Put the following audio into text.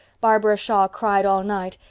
barbara shaw cried all night.